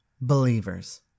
Believers